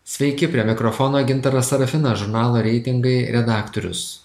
sveiki prie mikrofono gintaras sarafinas žurnalo reitingai redaktorius